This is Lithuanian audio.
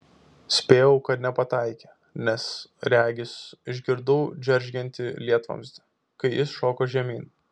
spėjau kad nepataikė nes regis išgirdau džeržgiantį lietvamzdį kai jis šoko žemyn